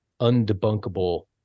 undebunkable